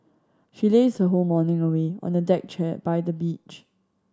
she lazed her whole morning away on a deck chair by the beach